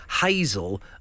hazel